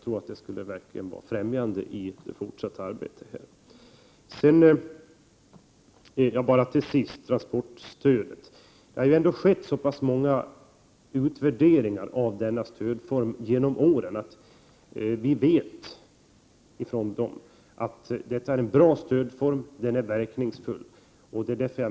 Det skulle säkert främja det fortsatta arbetet i detta sammanhang. Till sist något om transportstödet. Det har ändå skett så pass många utvärderingar av denna stödform under årens lopp att vi vet att den här stödformen är bra och verkningsfull.